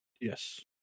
Yes